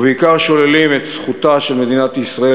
ובעיקר שוללים את זכותה של מדינת ישראל